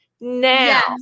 Now